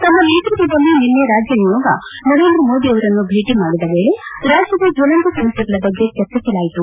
ತಮ್ಮ ನೇತೃತ್ವದಲ್ಲಿ ನಿನ್ನೆ ರಾಜ್ಯ ನಿಯೋಗ ನರೇಂದ್ರ ಮೋದಿಯವರನ್ನು ಭೇಟ ಮಾಡಿದ ವೇಳೆ ರಾಜ್ಯದ ಜ್ವಲಂತ ಸಮಸ್ಥೆಗಳ ಬಗ್ಗೆ ಚರ್ಚಿಸಲಾಯಿತು